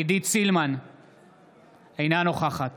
אינה נוכחת